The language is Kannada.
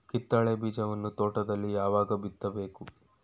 ಕಿತ್ತಳೆ ಬೀಜವನ್ನು ತೋಟದಲ್ಲಿ ಯಾವಾಗ ಬಿತ್ತಬೇಕು?